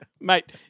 Mate